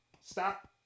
stop